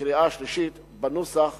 ובקריאה שלישית בנוסח